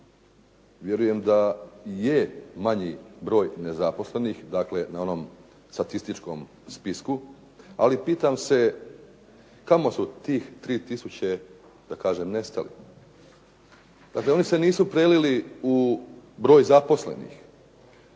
Vjerujem da je manji broj nezaposlenih, dakle na onom statističkom spisku, ali pitam se kamo su tih 3000 da kažem nestali. Dakle, oni se nisu prelili u broj zaposlenih,